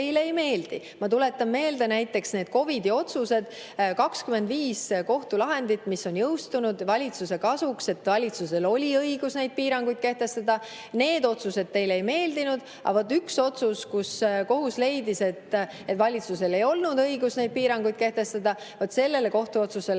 teile ei meeldi. Ma tuletan meelde näiteks neid COVID-i otsuseid, 25 kohtulahendit, mis on jõustunud valitsuse kasuks, et valitsusel oli õigus neid piiranguid kehtestada. Need otsused teile ei meeldinud. Aga ühele otsusele, kus kohus leidis, et valitsusel ei olnud õigust neid piiranguid kehtestada, vaat sellele te